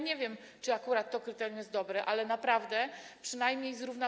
Nie wiem, czy akurat to kryterium jest dobre, ale naprawdę przynajmniej zrówna to.